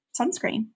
sunscreen